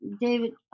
david